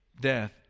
Death